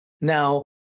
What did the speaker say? Now